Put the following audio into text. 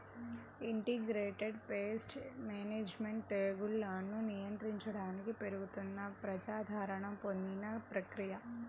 integrated pest management తెగుళ్లను నియంత్రించడానికి పెరుగుతున్న ప్రజాదరణ పొందిన ప్రక్రియ